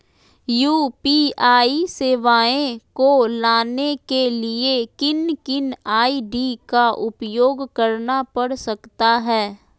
UPI सेवाएं को लाने के लिए किन किन आई.डी का उपयोग करना पड़ सकता है?